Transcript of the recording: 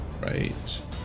right